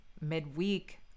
midweek